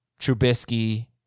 Trubisky